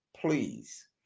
please